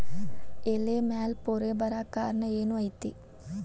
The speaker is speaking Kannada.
ಎಲೆ ಮ್ಯಾಲ್ ಪೊರೆ ಬರಾಕ್ ಕಾರಣ ಏನು ಐತಿ?